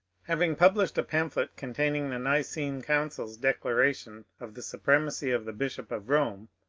having published a pamphlet containing the nicene council's declaration of the supremacy of the bishop of rome,